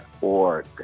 org